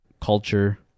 culture